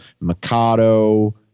Mikado